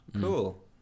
Cool